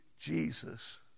Jesus